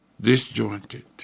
disjointed